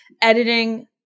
editing